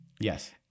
Yes